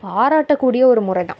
பாராட்டக்கூடிய ஒரு முறைதான்